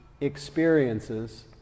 experiences